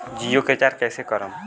जियो के रीचार्ज कैसे करेम?